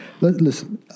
listen